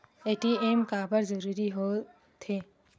ATM काबर जरूरी हो थे?